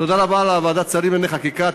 תודה רבה לוועדת השרים לענייני חקיקה,